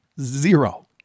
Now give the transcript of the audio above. zero